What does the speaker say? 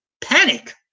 panic